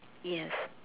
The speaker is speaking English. yes